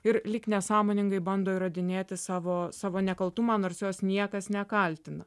ir lyg nesąmoningai bando įrodinėti savo savo nekaltumą nors jos niekas nekaltina